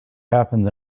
happens